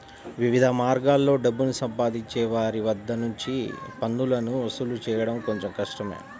వివిధ మార్గాల్లో డబ్బుని సంపాదించే వారి వద్ద నుంచి పన్నులను వసూలు చేయడం కొంచెం కష్టమే